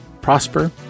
prosper